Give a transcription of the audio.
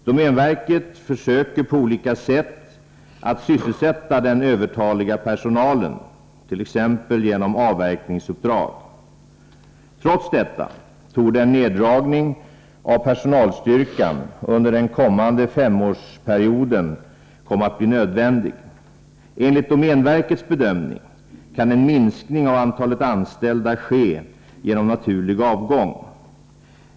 Domänverket försöker på olika sätt att sysselsätta den övertaliga personalen, t.ex. genom avverkningsuppdrag. Trots detta torde en neddragning av personalstyrkan under den kommande femårsperioden komma att bli nödvändig. Enligt domänverkets bedömning kan en minskning av antalet anställda ske genom naturlig avgång.